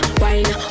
wine